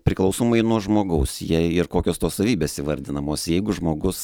priklausomai nuo žmogaus jei ir kokios tos savybės įvardinamos jeigu žmogus